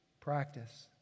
practice